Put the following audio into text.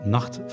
Nacht